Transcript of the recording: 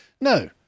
No